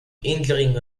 injuring